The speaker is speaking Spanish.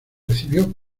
recibió